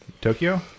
Tokyo